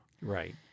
Right